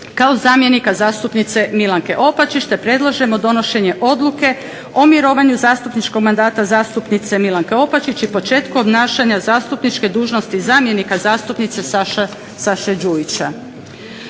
kao zamjenika zastupnice Milanke Opačić te predlažemo donošenje Odluke o mirovanju zastupničkog mandata zastupnice Milanke Opačić i početku obnašanja zastupničke dužnosti zamjenika zastupnice Saše Đujića.